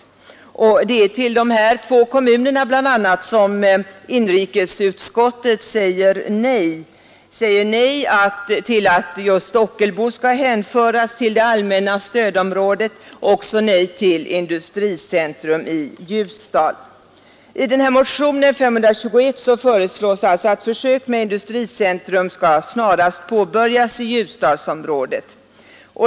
Det är bl.a. till de här två kommunerna som inrikesutskottet säger nej — nej till att Ockelbo skall hänföras till det allmänna stödområdet och nej till ett industricentrum i Ljusdal. I motionen 521 föreslås alltså att försök med industricentrum snarast skall påbörjas i Ljusdalsområdet.